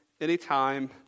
anytime